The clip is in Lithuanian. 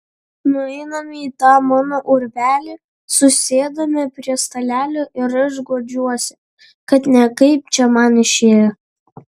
nueiname į tą mano urvelį susėdame prie stalelio ir aš guodžiuosi kad ne kaip čia man išėjo